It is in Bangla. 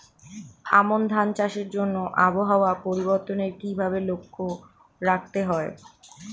আমন ধান চাষের জন্য আবহাওয়া পরিবর্তনের কিভাবে লক্ষ্য রাখতে হয়?